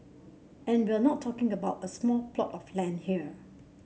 and we're not talking about a small plot of land here